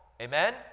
Amen